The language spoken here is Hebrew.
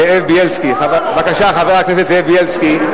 חבר הכנסת זאב בילסקי.